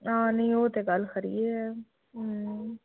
हां नेईं ओह् ते गल्ल खरी ऐ